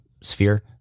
sphere